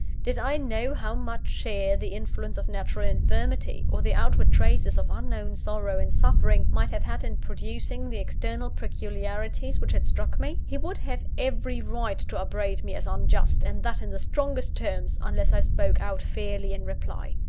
did i know how much share the influence of natural infirmity, or the outward traces of unknown sorrow and suffering, might have had in producing the external peculiarities which had struck me? he would have every right to upbraid me as unjust and that in the strongest terms unless i spoke out fairly in reply.